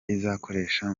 izakoresha